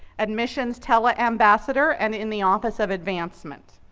admissions tella ambassador, and in the office of advancement.